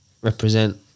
represent